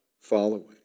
following